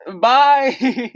bye